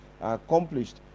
accomplished